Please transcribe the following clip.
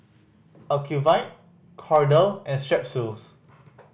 Ocuvite Kordel and Strepsils